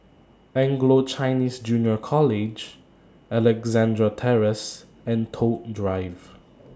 Anglo Chinese Junior College Alexandra Terrace and Toh Drive